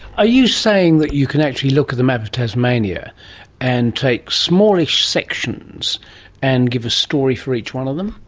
are you saying that you can actually look at the map of tasmania and take smallish sections and give a story for each one of them?